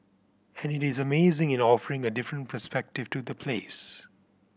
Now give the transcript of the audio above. and it is amazing in offering a different perspective to the place